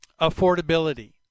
affordability